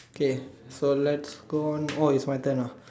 okay so let's go on oh it's my turn ah